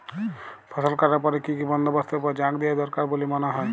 ফসলকাটার পরে কি কি বন্দবস্তের উপর জাঁক দিয়া দরকার বল্যে মনে হয়?